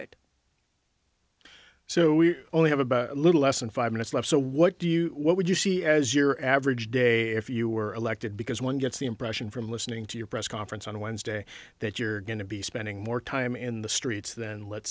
it so we only have about a little less than five minutes left so what do you what would you see as your average day if you were elected because one gets the impression from listening to your press conference on wednesday that you're going to be spending more time in the streets then let's